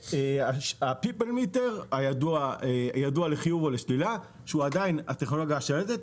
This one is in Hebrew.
הפיפל מיטר הידוע לחיוב ולשלילה שהוא עדיין הטכנולוגיה השלטת.